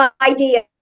idea